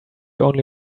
only